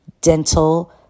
dental